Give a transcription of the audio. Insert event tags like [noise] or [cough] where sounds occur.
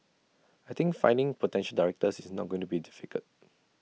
I think finding potential directors is not going to be difficult [noise]